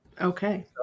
Okay